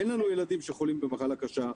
אין לנו ילדים שחולים במחלה קשה,